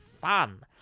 fun